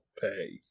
pay